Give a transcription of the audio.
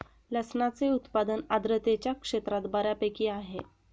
लसणाचे उत्पादन आर्द्रतेच्या क्षेत्रात बऱ्यापैकी आहे